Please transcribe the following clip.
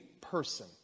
person